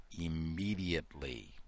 immediately